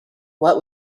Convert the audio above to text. what